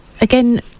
again